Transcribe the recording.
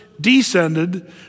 descended